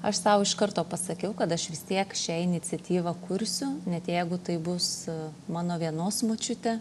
aš sau iš karto pasakiau kad aš vis tiek šią iniciatyvą kursiu net jeigu tai bus mano vienos močiutė